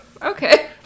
Okay